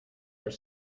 are